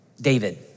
David